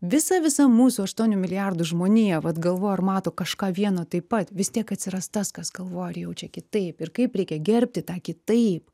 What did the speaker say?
visą visą mūsų aštuonių milijardų žmoniją vat galvo ar mato kažką vieno taip pat vis tiek atsiras tas kas galvoja ir jaučia kitaip ir kaip reikia gerbti tą kitaip